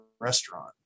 restaurant